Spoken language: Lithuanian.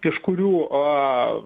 iš kurių o